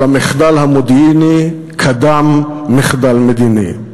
אבל למחדל המודיעיני קדם מחדל מדיני.